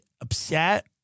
upset